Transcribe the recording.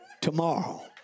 tomorrow